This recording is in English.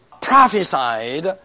prophesied